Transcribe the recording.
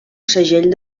segell